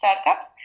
startups